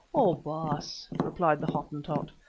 oh! baas, replied the hottentot,